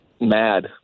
mad